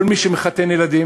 כל מי שמחתן ילדים